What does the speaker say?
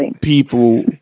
people